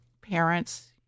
parents